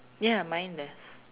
ya mine the